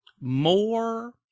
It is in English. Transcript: more